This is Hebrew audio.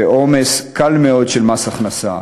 ועומס קל מאוד של מס הכנסה.